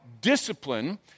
discipline